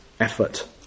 effort